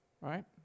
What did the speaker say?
right